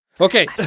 Okay